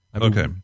Okay